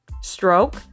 stroke